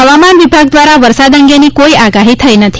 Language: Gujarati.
હવામાન વિભાગ દ્વારા વરસાદ અંગેની કોઇ આગાહી નથી